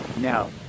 now